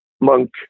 monk